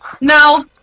No